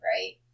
right